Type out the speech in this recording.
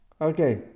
Okay